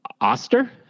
Oster